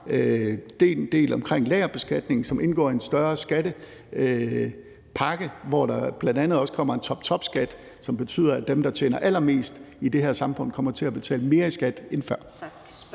har en del omkring lagerbeskatning, som indgår i en større skattepakke, hvor der bl.a. også kommer en toptopskat, som betyder, at dem, der tjener allermest i det her samfund, kommer til at betale mere i skat end før.